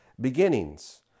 beginnings